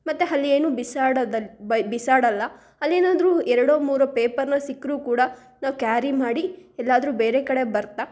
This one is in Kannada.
ಮತ್ತು ಅಲ್ ಏನೂ ಬಿಸಾಡೋದ ಬೈ ಬಿಸಾಡಲ್ಲ ಅಲ್ಲೇನಾದರೂ ಎರಡೋ ಮೂರೋ ಪೇಪರನ್ನ ಸಿಕ್ಕರೂ ಕೂಡ ನಾವು ಕ್ಯಾರಿ ಮಾಡಿ ಎಲ್ಲಾದರೂ ಬೇರೆ ಕಡೆ ಬರ್ತಾ